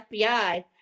FBI